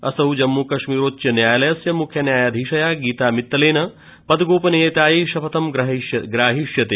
असौ जम्मू कश्मीरोच्चन्यायालस्य मुख्य न्यायाधीशया गीता मित्तलेन पदगोपनीयतायै शपथं ग्राहयिष्यते